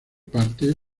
parte